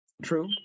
True